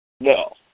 No